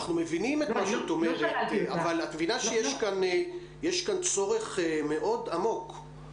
אנחנו מבינים מה את אומרת אבל את מבינה שיש כאן צורך מאוד עמוק.